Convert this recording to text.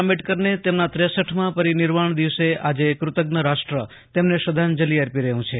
આંબેડકરને તેમના ત્રેસઠમાં પરિનિર્વાણ દિવસે આજે કૃતજ્ઞ રાષ્ટ્ર તેમને શ્રદ્ધાંજલિ અર્પી રહ્યું છે